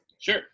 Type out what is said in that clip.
Sure